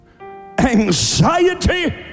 Anxiety